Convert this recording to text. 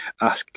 ask